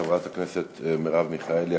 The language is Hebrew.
חברת הכנסת מרב מיכאלי,